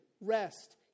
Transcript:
rest